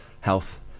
health